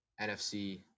NFC